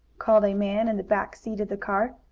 called a man in the back seat of the car,